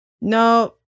No